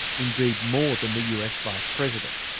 indeed, more than the us vice president,